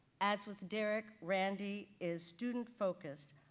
as with derrick, randy is student focused,